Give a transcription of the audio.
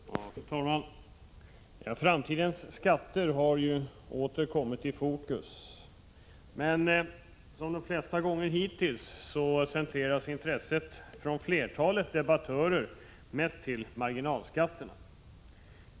Fru talman! Framtidens skatter har återigen kommit i fokus. Men som de flesta gånger hittills centreras intresset från flertalet debattörer till marginalskatterna.